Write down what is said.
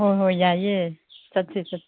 ꯍꯣꯏ ꯍꯣꯏ ꯌꯥꯏꯌꯦ ꯆꯠꯁꯤ